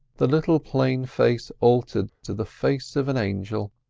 the little plain face altered to the face of an angel.